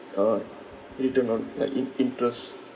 uh return on like in~ interest